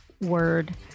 word